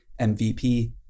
MVP